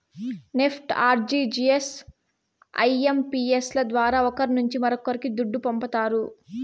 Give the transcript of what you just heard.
NEFT, RTGS, IMPS ల ద్వారా ఒకరి నుంచి మరొక్కరికి దుడ్డు పంపతారు